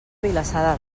vilassar